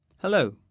Hello